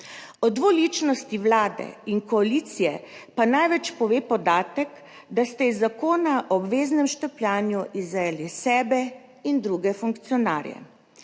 O dvoličnosti Vlade in koalicije pa največ pove podatek, da ste iz zakona o obveznem štempljanju izvzeli sebe in druge funkcionarje.